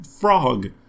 frog